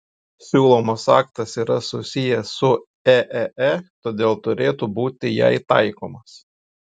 siūlomas aktas yra susijęs su eee todėl turėtų būti jai taikomas